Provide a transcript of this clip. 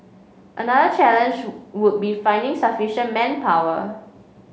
another challenge would be finding sufficient manpower